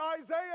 Isaiah